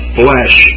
flesh